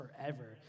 forever